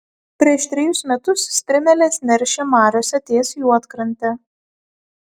prieš trejus metus strimelės neršė mariose ties juodkrante